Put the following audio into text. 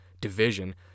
division